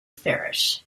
farish